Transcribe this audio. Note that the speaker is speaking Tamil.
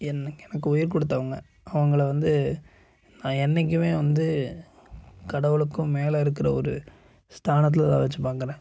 என் எனக்கு உயிர் கொடுத்தவங்க அவங்களை வந்து நான் என்றைக்குமே வந்து கடவுளுக்கும் மேலே இருக்கிற ஒரு ஸ்தானத்தில்தான் வச்சு பார்க்குறேன்